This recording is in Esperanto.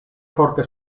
forte